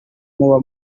muba